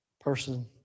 person